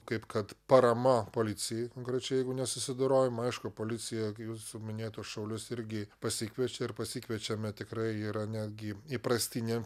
kaip kad parama policijai konkrečiai jeigu nesusidorojama aišku policija jūsų minėtus šaulius irgi pasikviečia ir pasikviečiame tikrai yra netgi įprastinė